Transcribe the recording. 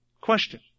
question